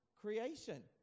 creation